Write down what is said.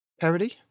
Parody